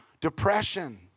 depression